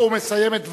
הוא מסיים את דבריו,